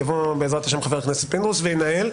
יבוא, בעזרת השם, חבר הכנסת פינדרוס, וינהל.